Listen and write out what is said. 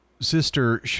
Sister